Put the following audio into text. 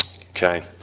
Okay